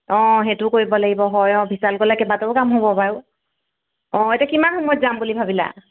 অ' সেইটোও কৰিব লাগিব হয় অঁ বিশাল গ'লে কেইবাটাও কাম হ'ব বাৰু অঁ এতিয়া কিমান সময়ত যাম বুলি ভাবিলা